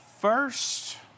first